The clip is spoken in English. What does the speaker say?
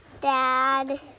Dad